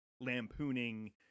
lampooning